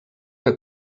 que